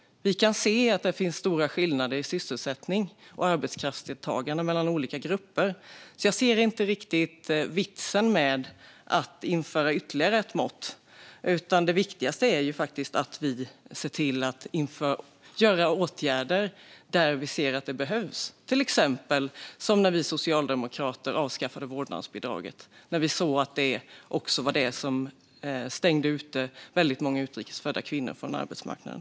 Vi kan se att det finns stora skillnader i sysselsättning och arbetskraftsdeltagande mellan olika grupper. Jag ser inte riktigt vitsen med att införa ytterligare ett mått, utan det viktigaste är att vi vidtar åtgärder där vi ser att de behövs. Ett exempel är när vi socialdemokrater avskaffade vårdnadsbidraget när det framgick att det stängde ute många utrikes födda kvinnor från arbetsmarknaden.